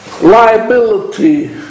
liability